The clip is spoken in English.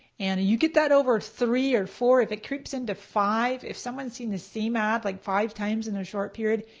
and you get that over three our four, if it creeps into five, if someone's seen the same ad like five times in a short period,